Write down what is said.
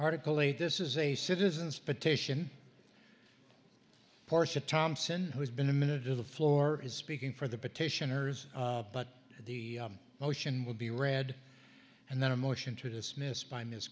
article a this is a citizens petition porsche thompson who's been a minute to the floor is speaking for the petitioners but the motion will be read and then a motion to dismiss by m